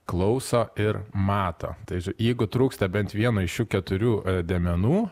klauso ir mato tai jeigu trūksta bent vieno iš šių keturių dėmenų